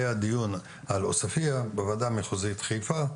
היה דיון על עוספיה בוועדה המחוזית חיפה,